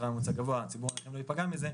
וכדי שציבור הנכים לא ייפגע מזה,